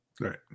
Right